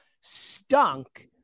stunk